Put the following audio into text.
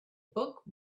book